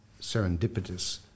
serendipitous